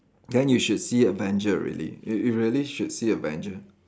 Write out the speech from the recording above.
then you should see Avenger really you you really should see Avenger